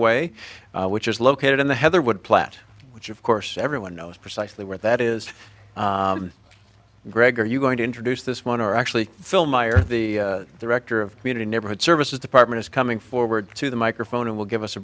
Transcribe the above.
way which is located in the heather wood plat which of course everyone knows precisely where that is gregg are you going to introduce this one are actually still meyer the director of community neighborhood services department is coming forward to the microphone and will give us a